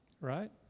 right